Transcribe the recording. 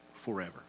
forever